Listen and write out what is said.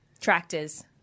Tractors